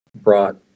brought